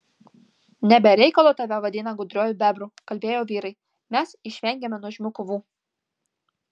ne be reikalo tave vadina gudriuoju bebru kalbėjo vyrai mes išvengėme nuožmių kovų